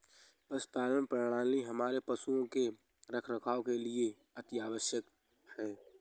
पशुपालन प्रणाली हमारे पशुओं के रखरखाव के लिए अति आवश्यक है